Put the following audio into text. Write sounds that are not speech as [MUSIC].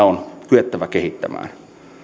[UNINTELLIGIBLE] on kyettävä kehittämään